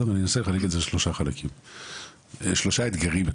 שלושה אתגרים,